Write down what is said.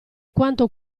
quante